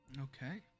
Okay